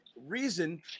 reason